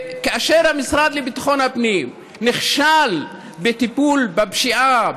כאשר המשרד לביטחון הפנים נכשל בטיפול בפשיעה,